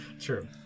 True